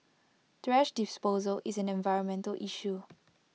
thrash disposal is an environmental issue